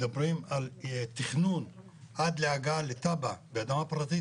מדברים על תכנון עד להגעה לתב"ע באדמה פרטית,